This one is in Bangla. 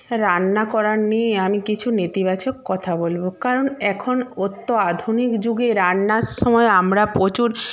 রান্না করার নিয়ে আমি কিছু নেতিবাচক কথা বলবো কারণ এখন অত্য আধুনিক যুগে রান্নার সময় আমরা প্রচুর